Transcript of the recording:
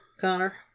Connor